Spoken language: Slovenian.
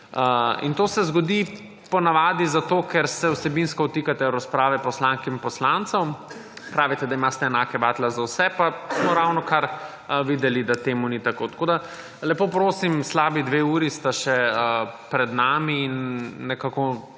In to se zgodi ponavadi zato, ker se vsebinsko vtikate v razprave poslank in poslancev. Pravite, da imate enake vatle za vse, pa smo ravnokar videli, da temu ni tako. Tako lepo prosim, slabi dve uri sta še pred nami in nekako